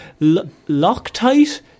Loctite